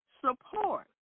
support